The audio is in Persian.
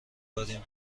داریم